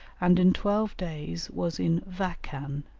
and in twelve days was in vaccan,